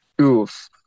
oof